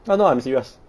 oh no I'm serious